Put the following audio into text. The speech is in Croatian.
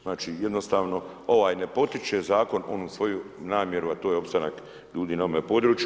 Znači jednostavno ovaj ne potiče zakon, onu svoju namjeru a to je opstanak ljudi na ovome području.